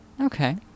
Okay